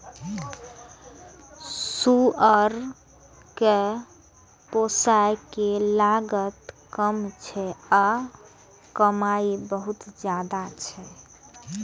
सुअर कें पोसय के लागत कम छै आ कमाइ बहुत ज्यादा छै